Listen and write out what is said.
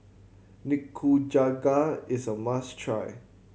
Nikujaga is a must try